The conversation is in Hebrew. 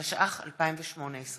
התשע"ח 2018,